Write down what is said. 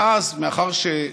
ואז,